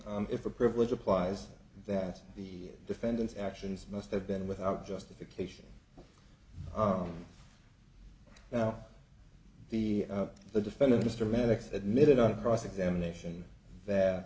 if a privilege applies that the defendant's actions must have been without justification now the the defendant mr maddox admitted on cross examination that